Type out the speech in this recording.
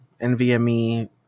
NVMe